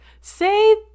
Say